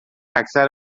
اکثر